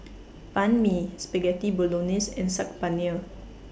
Banh MI Spaghetti Bolognese and Saag Paneer